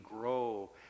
grow